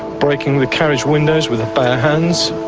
breaking the carriage windows with bare hands,